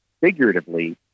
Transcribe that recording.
figuratively